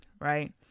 right